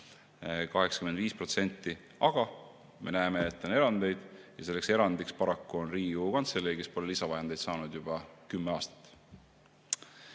85%. Aga me näeme, et on erandeid, ja selleks erandiks on paraku Riigikogu Kantselei, kes pole lisavahendeid saanud juba kümme aastat.